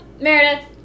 meredith